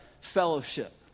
fellowship